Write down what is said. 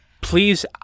Please